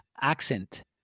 accent